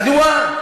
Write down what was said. מדוע?